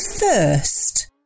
first